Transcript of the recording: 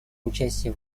участия